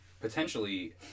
Potentially